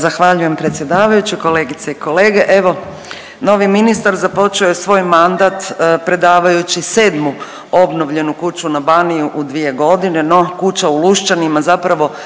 Zahvaljujem predsjedavajući. Kolegice i kolege. Evo novi ministar počeo je svoj mandat predavajući sedmu obnovljenu kuću na Baniji u dvije godine, no kuća u Luščanima zapravo